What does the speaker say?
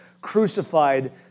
crucified